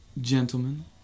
Gentlemen